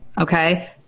Okay